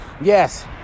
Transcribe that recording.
Yes